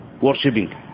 worshipping